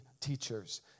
teachers